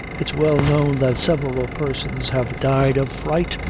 it's well known that several persons have died of fright,